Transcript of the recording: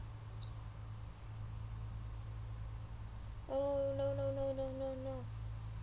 oh no no no no no no